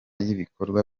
y’ibikorwa